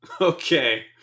Okay